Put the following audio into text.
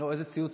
איזה ציוץ?